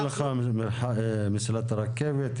יש לך מסילת הרכבת,